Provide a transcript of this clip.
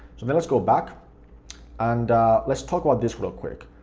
so then let's go back and let's talk about this real quick.